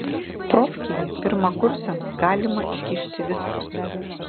profkėje pirmakursiams galima įkišti viską